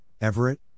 Everett